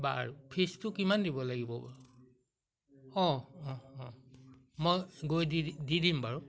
বাৰু ফিজটো কিমান দিব লাগিব বাৰু অঁ অঁ অঁ মই গৈ দি দি দিম বাৰু